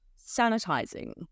sanitizing